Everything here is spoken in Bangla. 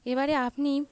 এবারে আপনি